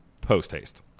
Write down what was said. post-haste